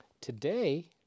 Today